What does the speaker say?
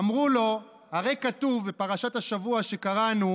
אמרו לו: הרי כתוב בפרשת השבוע שקראנו